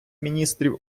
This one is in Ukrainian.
міністрів